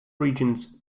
regions